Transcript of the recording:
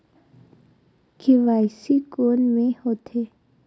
KYC कोन में होथे?